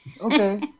Okay